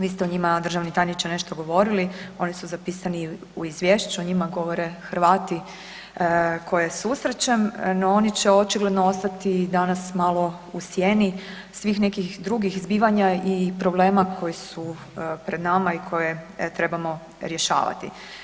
Vi ste o njima državni tajniče nešto govorili, oni su zapisani i u izvješću, o njima govore Hrvati koje susrećem, no oni će očigledno ostati danas malo u sjeni svih nekih drugih zbivanja i problema koji su pred nama i koje trebamo rješavati.